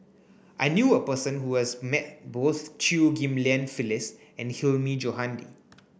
I knew a person who has met both Chew Ghim Lian Phyllis and Hilmi Johandi